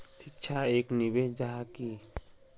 शिक्षा एक निवेश जाहा की?